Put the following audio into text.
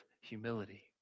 humility